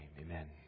Amen